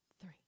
Three